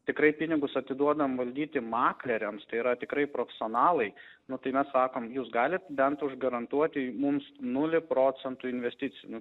tikrai pinigus atiduodam valdyti makleriams tai yra tikrai profsionalai nu tai mes sakom jūs galit bent užgarantuoti mums nulį procentų investicinių